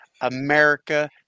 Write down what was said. America